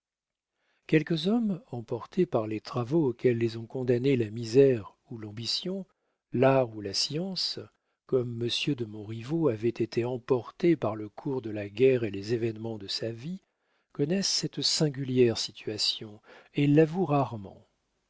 quelques hommes emportés par les travaux auxquels les ont condamnés la misère ou l'ambition l'art ou la science comme monsieur de montriveau avait été emporté par le cours de la guerre et les événements de sa vie connaissent cette singulière situation et l'avouent rarement